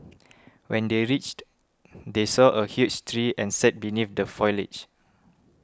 when they reached they saw a huge tree and sat beneath the foliage